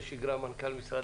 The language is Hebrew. מנכ"ל משרד